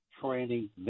Training